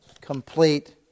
complete